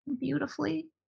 beautifully